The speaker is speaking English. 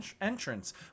entrance